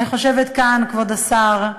אני חושבת, כבוד השר,